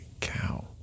cow